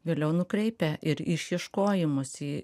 vėliau nukreipia ir išieškojimus į